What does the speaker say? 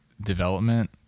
development